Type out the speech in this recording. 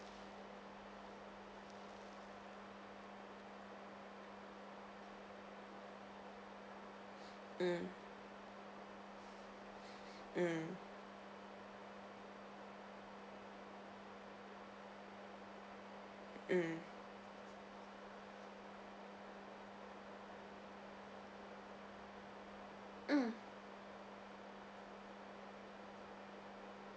mm mm mm mm